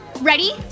Ready